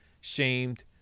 shamed